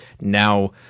now-